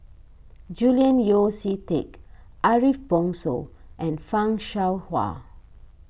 Julian Yeo See Teck Ariff Bongso and Fan Shao Hua